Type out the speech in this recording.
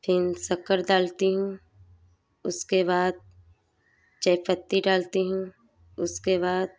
फिर शक्कर डालती हूँ उसके बाद चायपत्ती डालती हूँ उसके बाद